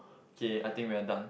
okay I think we are done